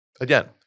Again